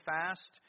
fast